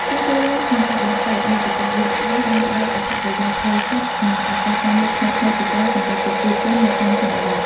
ការចូលរួមក្នុងការបង្កើតមាតិកាឌីជីថលបានផ្តល់អត្ថប្រយោជន៍ផ្លូវចិត្ត និងឱកាសការងារថ្មីៗជាច្រើនសម្រាប់ប្រជាជននៅតាមជនបទ។